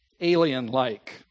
alien-like